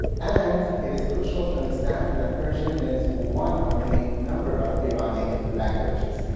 and it is crucial to understand that persian is one of the number of iranic languages.